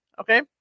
Okay